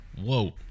Whoa